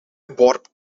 bord